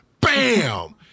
Bam